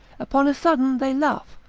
upon a sudden they laugh,